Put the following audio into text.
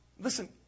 Listen